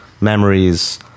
memories